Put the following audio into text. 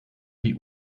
die